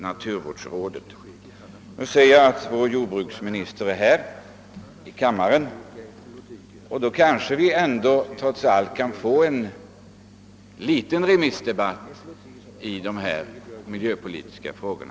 Jag ser att vår jordbruksminister nu är inne i kammaren, och då kan vi kanske trots allt få en liten remissdebatt kring de miljöpolitiska frågorna.